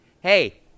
Hey